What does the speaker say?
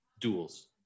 duels